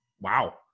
Wow